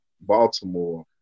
Baltimore